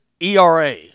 ERA